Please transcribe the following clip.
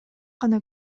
гана